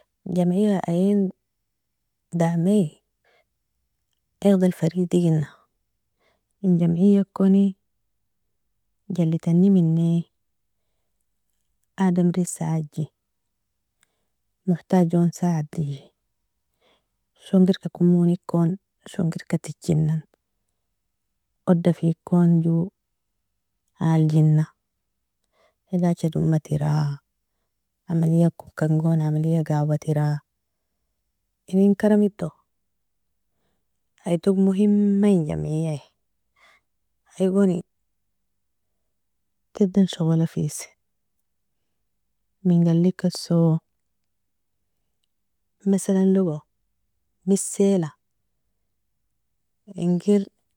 جمعية ain damie عقد الفريد igena, in jameiakoni jellitani meni? Adamri sadje, mohtajon saadji shongerka komonikon shongerka tichinan, odafikon jo aaljina, alajcha domatira, amaliag kon kan gon amaliag awatira, inen karamido idog مهمة in جمعية, igoni tadan shogolafes, ming allikeso? Masalnlogo mesela inger